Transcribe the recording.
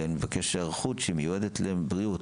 אני מבקש היערכות שמיועדת לבריאות,